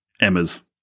Emma's